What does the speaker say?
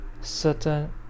certain